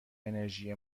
انرژی